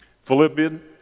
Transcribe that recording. Philippians